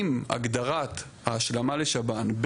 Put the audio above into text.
אם הגדרת ההשלמה לשב"ן,